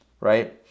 right